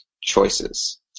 choices